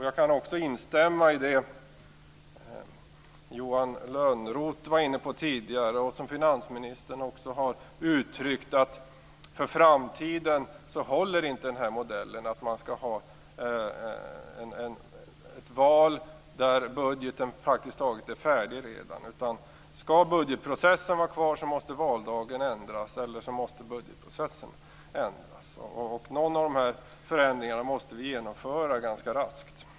Jag kan också instämma i det som Johan Lönnroth var inne på tidigare och som finansministern också har uttryckt, att för framtiden håller inte modellen med ett val där budgeten praktiskt taget redan är färdig. Skall den nuvarande budgetprocessen behållas måste valdagen ändras. Annars måste budgetprocessen ändras. Någon av dessa förändringar måste vi genomföra ganska raskt.